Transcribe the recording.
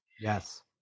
Yes